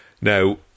Now